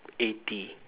eighty